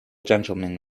gentleman